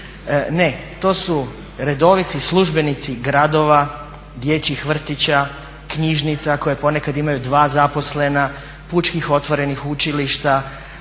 Ne, to su redoviti službenici gradova, dječjih vrtića, knjižnica koje ponekad imaju dva zaposlena, pučkih otvorenih učilišta